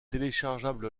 téléchargeable